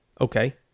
Okay